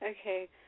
Okay